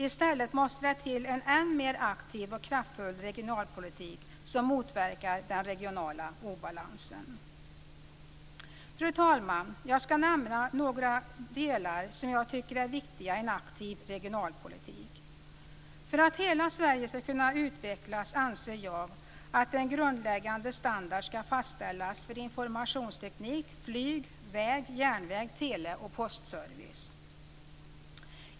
I stället måste det till en än mer aktiv och kraftfull regionalpolitik, som motverkar den regionala obalansen. Fru talman! Jag ska nämna några inslag som jag tycker är viktiga i en aktiv regionalpolitik. Jag anser att det för att hela Sverige ska kunna utvecklas ska fastställas en grundläggande standard för informationsteknik, flyg, väg, järnväg samt tele och postservice.